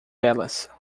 velas